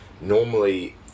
normally